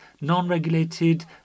non-regulated